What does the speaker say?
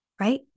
right